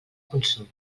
consum